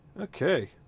Okay